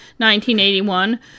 1981